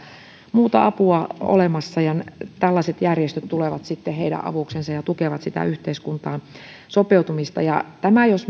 muuta apua olemassa tällaiset järjestöt tulevat sitten heidän avuksensa ja tukevat sitä yhteiskuntaan sopeutumista tähän jos